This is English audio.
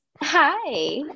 Hi